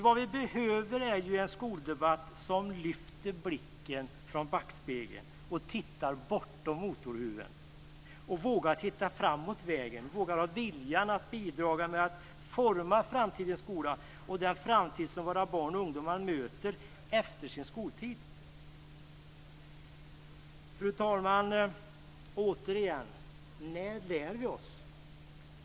Vad vi behöver är en skoldebatt som lyfter blicken från backspegeln och tittar bortom motorhuven, vågar titta framåt vägen, vågar och har viljan att bidra till att forma framtidens skola och den framtid som våra barn och ungdomar möter efter sin skoltid. Fru talman! Återigen: När lär vi oss?